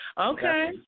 Okay